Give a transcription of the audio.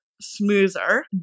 smoother